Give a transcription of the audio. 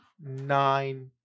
nine